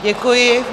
Děkuji.